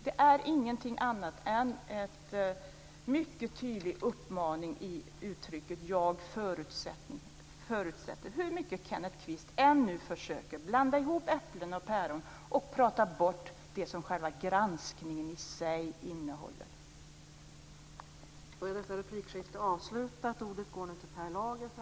Det är ingenting annat än en mycket tydlig uppmaning i uttrycket "jag förutsätter" hur mycket Kenneth Kvist än försöker blanda ihop äpplen och päron och prata bort det som själva granskningen i sig innehåller.